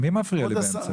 מי מפריע לי באמצע?